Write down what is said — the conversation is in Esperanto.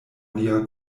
lia